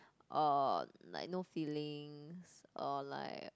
uh like no feelings or like